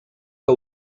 que